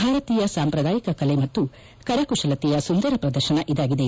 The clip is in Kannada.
ಭಾರತೀಯ ಸಾಂಪ್ರದಾಯಿಕ ಕಲೆ ಮತ್ತು ಕರಕುಶಲತೆಯ ಸುಂದರ ಪ್ರದರ್ಶನ ಇದಾಗಿದೆ